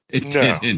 No